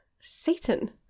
Satan